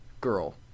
girl